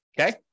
okay